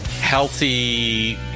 healthy